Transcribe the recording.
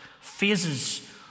phases